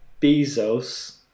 Bezos